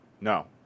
no